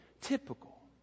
typical